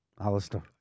Alistair